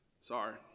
Sorry